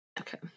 Okay